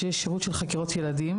שיש שירות של חקירות ילדים.